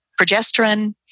progesterone